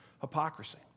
hypocrisy